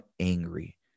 angry